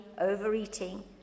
overeating